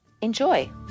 Enjoy